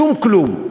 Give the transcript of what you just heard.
שום כלום.